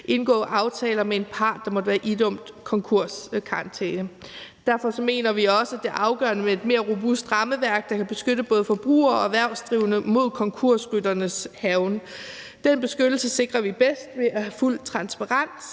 indgå aftaler med en part, der måtte være idømt konkurskarantæne. Derfor mener vi også, at det er afgørende med et mere robust rammeværk, der kan beskytte både forbrugere og erhvervsdrivende mod konkursrytternes hærgen. Den beskyttelse sikrer vi bedst ved at have fuld transparens.